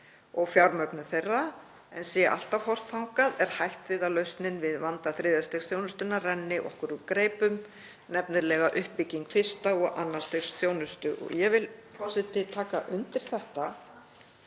og fjármögnun þeirra en sé alltaf horft þangað er hætt við að lausnin við vanda þriðja stigs þjónustunnar renni okkur úr greipum nefnilega uppbygging fyrsta og annars stigs þjónustu.“ Ég vil taka undir þetta.